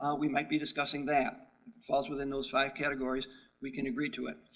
um we might be discussing that. it falls within those five categories we can agree to it.